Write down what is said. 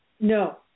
No